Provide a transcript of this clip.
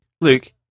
Luke